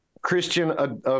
Christian